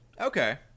okay